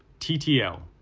ttl.